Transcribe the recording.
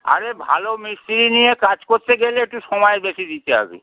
আরে ভালো মিস্ত্রি নিয়ে কাজ করতে গেলে একটু সময় বেশি দিতে হবে